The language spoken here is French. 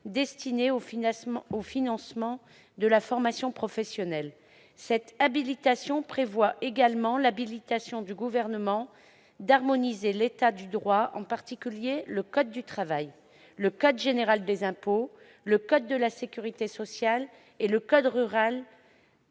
destinées au financement de la formation professionnelle. Cet article prévoit également l'habilitation du Gouvernement d'harmoniser l'état du droit, en particulier le code du travail, le code général des impôts, le code de la sécurité sociale et le code rural